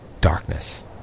Darkness